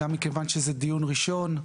גם מכיוון שזה דיון ראשון.